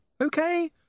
Okay